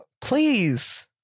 Please